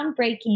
groundbreaking